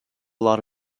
lot